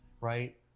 right